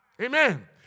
Amen